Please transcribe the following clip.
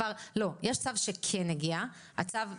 לא, יש את הצו שכבר כן הגיע, הצו,